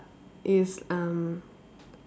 it's um